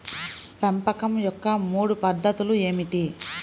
పెంపకం యొక్క మూడు పద్ధతులు ఏమిటీ?